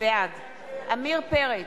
בעד עמיר פרץ,